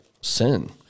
Sin